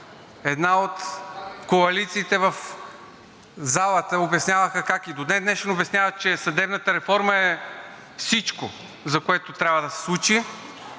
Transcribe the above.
една от коалициите в залата обясняваше и до ден днешен, че съдебната реформа е всичко, което трябва да се случи,